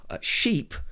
sheep